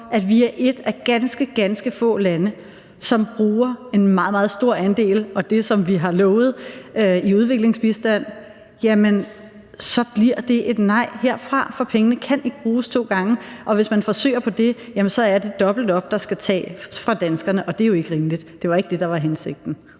at vi er et af de ganske, ganske få lande, der bruger en meget, meget stor andel – og det, som vi har lovet – i udviklingsbistand, så bliver det et nej herfra. For pengene kan ikke bruges to gange. Og hvis man forsøger på det, er det dobbelt op, der skal tages fra danskerne, og det er jo ikke rimeligt; det var jo ikke det, der var hensigten.